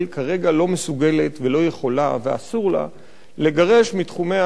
כרגע לא מסוגלת ולא יכולה ואסור לה לגרש מתחומיה,